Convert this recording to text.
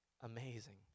Amazing